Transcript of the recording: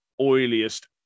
oiliest